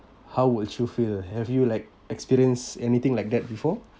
how would you feel have you like experience anything like that before